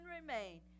remain